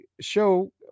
show